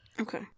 Okay